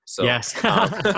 Yes